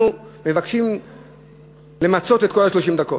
אנחנו מבקשים למצות את כל 30 הדקות.